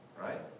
right